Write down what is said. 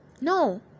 No